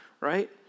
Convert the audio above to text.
right